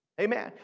Amen